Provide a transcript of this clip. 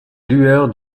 lueurs